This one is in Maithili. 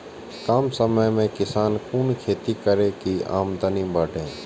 कम समय में किसान कुन खैती करै की आमदनी बढ़े?